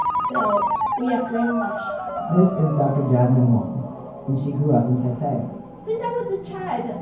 so we have brainwashed this is dr. jasmine huang and she grew up in taipei since i was a child,